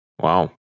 Wow